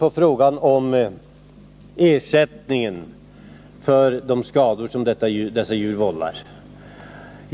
Så något om ersättningen för de skador som dessa djur vållar.